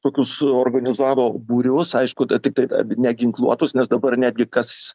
tokius organizavo būrius aišku tiktai neginkluotus nes dabar netgi kas